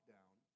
Down